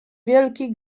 wielki